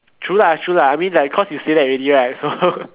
true lah true lah I mean like cause you say that already right so